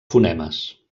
fonemes